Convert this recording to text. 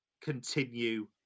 continue